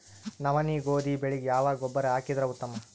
ನವನಿ, ಗೋಧಿ ಬೆಳಿಗ ಯಾವ ಗೊಬ್ಬರ ಹಾಕಿದರ ಉತ್ತಮ?